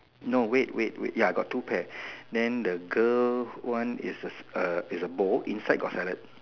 no wait wait wait ya I got two pear then the girl one is a is the bowl inside got salad